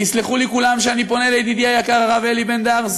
ויסלחו לי כולם שאני פונה לידידי היקר הרב אלי בן-דהן,